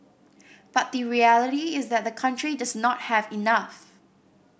but the reality is that the country does not have enough